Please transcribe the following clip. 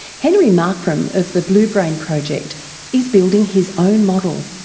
henry markram of the blue brain project is building his own model.